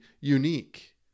unique